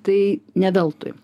tai ne veltui